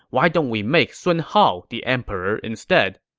why don't we make sun hao the emperor instead?